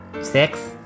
Six